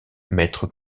maître